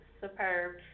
superb